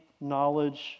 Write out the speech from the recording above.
knowledge